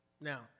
Now